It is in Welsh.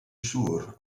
siŵr